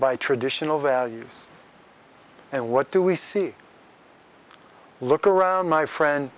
by traditional values and what do we see look around my friend